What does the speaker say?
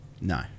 no